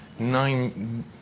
nine